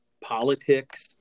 politics